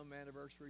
anniversary